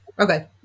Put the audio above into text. Okay